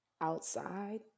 Outside